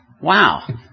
wow